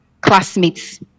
classmates